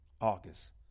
August